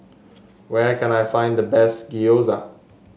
where can I find the best Gyoza